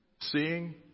Seeing